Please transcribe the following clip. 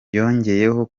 yongeyeho